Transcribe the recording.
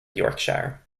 yorkshire